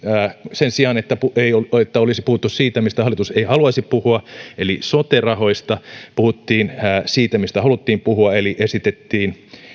sen sijaan että olisi puhuttu siitä mistä hallitus ei haluaisi puhua eli sote rahoista puhuttiin siitä mistä haluttiin puhua eli esitettiin